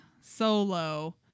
solo